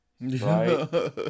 right